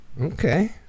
okay